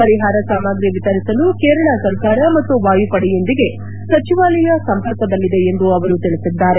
ಪರಿಹಾರ ಸಾಮಗ್ರಿ ವಿತರಿಸಲು ಕೇರಳ ಸರ್ಕಾರ ಮತ್ತು ವಾಯುಪಡೆಯೊಂದಿಗೆ ಸಚಿವಾಲಯ ಸಂಪರ್ಕದಲ್ಲಿದೆ ಎಂದು ಅವರು ತಿಳಿಸಿದ್ದಾರೆ